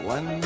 One